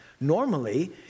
Normally